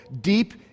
deep